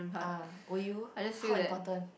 ah will you how important